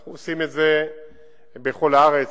אנחנו עושים את זה בכל הארץ.